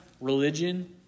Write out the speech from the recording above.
religion